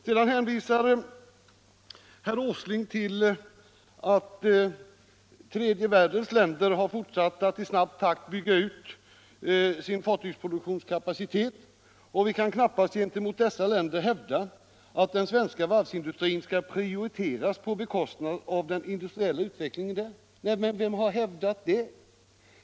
Sedan framhåller herr Åsling: ”Tredje världens länder har fortsatt att i snabb takt bygga ut sin fartygsproduktionskapacitet och vi kan knappast gentemot dessa länder hävda att den svenska varvsindustrin skall prioriteras på bekostnad av den industriella utvecklingen där.” Men vem har hävdat det?